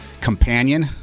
companion